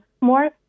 more